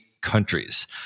countries